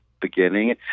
beginning